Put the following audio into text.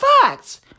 facts